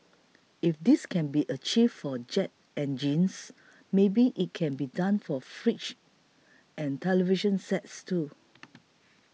if this can be achieved for jet engines maybe it can be done for fridges and television sets too